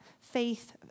faith